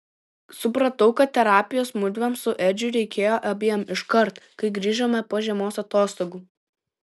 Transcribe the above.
supratau kad terapijos mudviem su edžiu reikėjo abiem iškart kai grįžome po žiemos atostogų